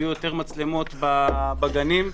יהיו יותר מצלמות בגנים,